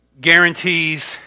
guarantees